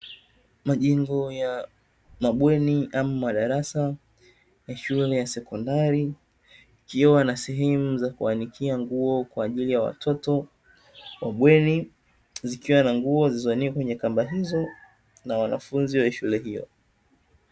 Majengo ya mabweni ama madarasa ya shule ya sekondari ikiwa na sehemu za kuanikia nguo kwa ajili ya watoto wa bweni zikiwa na nguo zilizoanikwa kwenye kamba hizo na wanafunzi wa shule hiyo.